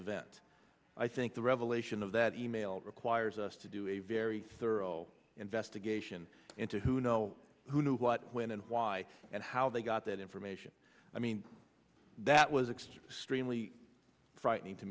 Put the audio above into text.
event i think the revelation of that e mail requires us to do a very thorough investigation into who know who knew what when and why and how they got that information i mean that was extremely frightening to